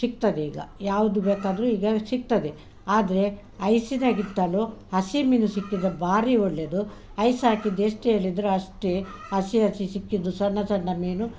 ಸಿಕ್ತದೆ ಈಗ ಯಾವುದು ಬೇಕಾದರೂ ಈಗ ಸಿಗ್ತದೆ ಆದರೆ ಐಸಿನಾಗಿತ್ತಲು ಹಸಿ ಮೀನು ಸಿಕ್ಕಿದ್ದರೆ ಬಾರಿ ಒಳ್ಳೆಯದು ಐಸ್ ಹಾಕಿದ್ದು ಎಷ್ಟು ಹೇಳಿದ್ರು ಅಷ್ಟೇ ಹಸಿ ಹಸಿ ಸಿಕ್ಕಿದ್ದು ಸಣ್ಣ ಸಣ್ಣ ಮೀನು